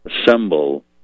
assemble